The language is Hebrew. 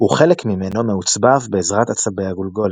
וחלק ממנו מעוצבב בעזרת עצבי הגולגולת.